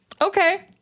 Okay